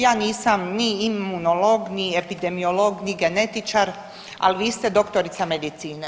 Ja nisam ni imunolog, ni epidemiolog, ni genetičar, ali vi ste doktorica medicine.